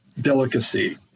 delicacy